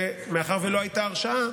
ומאחר שלא הייתה הרשעה,